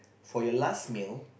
for your last meal